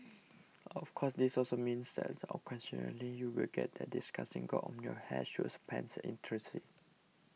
of course this also means that occasionally you'll get that disgusting gob on your hair shoes pants etc